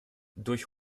durch